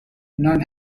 none